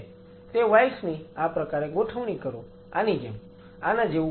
તે વાઈલ્સ ની આ પ્રકારે ગોઠવણી કરો આની જેમ આના જેવું કંઈક